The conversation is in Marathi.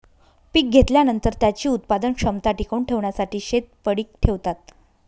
पीक घेतल्यानंतर, त्याची उत्पादन क्षमता टिकवून ठेवण्यासाठी शेत पडीक ठेवतात